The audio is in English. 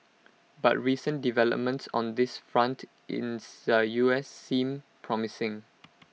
but recent developments on this front in the U S seem promising